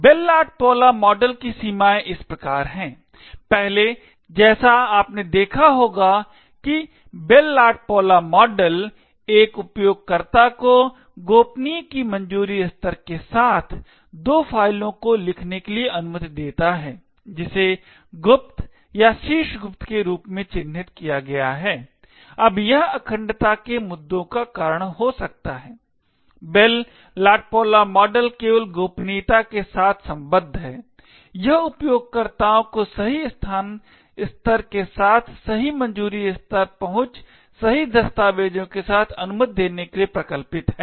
bell LaPadula model की सीमाएँ इस प्रकार हैं पहले जैसे आपने देखा होगा कि बेल लापदुला मॉडल एक उपयोगकर्ता को गोपनीय की मंजूरी स्तर के साथ दो फ़ाइलों को लिखने के लिए अनुमति देता है जिसे गुप्त या शीर्ष गुप्त के रूप में चिह्नित किया गया है अब यह अखंडता के मुद्दों का कारण हो सकता है बेल लापदुला मॉडल केवल गोपनीयता के साथ सम्बद्ध है यह उपयोगकर्ताओं को सही स्थान स्तर के साथ सही मंजूरी स्तर पहुंच सही दस्तावेजों के साथ अनुमति देने के लिए प्रकल्पित है